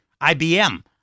IBM